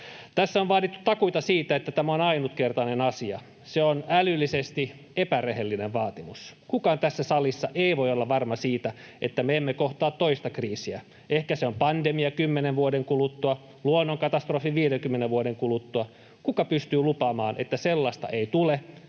Tässä on vaadittu takuita siitä, että tämä on ainutkertainen asia. Se on älyllisesti epärehellinen vaatimus. Kukaan tässä salissa ei voi olla varma siitä, että me emme kohtaa toista kriisiä. Ehkä se on pandemia kymmenen vuoden kuluttua, luonnonkatastrofi 50 vuoden kuluttua. Kuka pystyy lupaamaan, että sellaista ei tule,